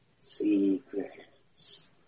Secrets